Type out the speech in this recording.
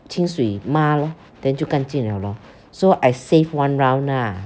清水抹 lor then 就干净 liao lor so I save one round lah